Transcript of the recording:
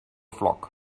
flock